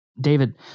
David